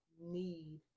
need